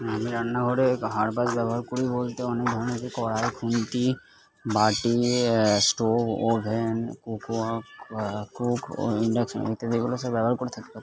আমি রান্না ঘরে ব্যবহার করি বলতে অনেক ধরনের কড়াই খুন্তি বাটি স্টোভ ওভেন কোকোয়া কোক ইন্ডাকশান ইত্যাদিগুলা সব ব্যবহার করে থাকি অতোএব